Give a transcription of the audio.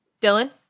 Dylan